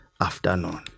afternoon